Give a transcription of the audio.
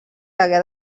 hagué